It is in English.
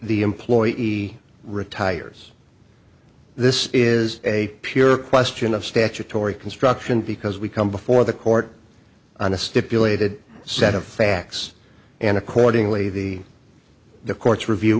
the employee retires this is a pure question of statutory construction because we come before the court on a stipulated set of facts and accordingly the the court's review